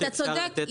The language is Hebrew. אתה צודק.